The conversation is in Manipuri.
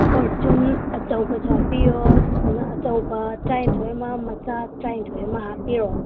ꯐꯣꯔꯆꯨꯟ ꯑꯆꯧꯕꯁꯨ ꯍꯥꯞꯄꯤꯌꯣ ꯑꯆꯧꯕ ꯇ꯭ꯔꯥꯅꯤꯊꯣꯏ ꯑꯃ ꯃꯆꯥ ꯇ꯭ꯔꯥꯅꯤꯊꯣꯏ ꯑꯃ ꯍꯥꯞꯄꯤꯌꯣ